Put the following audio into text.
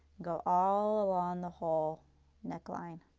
go all along the whole neckline.